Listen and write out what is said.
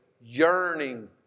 yearning